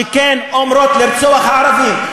שכן אומרות לרצוח ערבים.